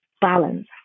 balance